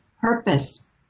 purpose